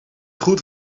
goed